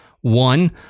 one